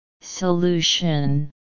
Solution